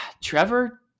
Trevor